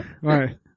right